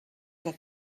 que